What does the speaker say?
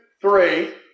three